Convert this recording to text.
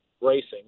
racing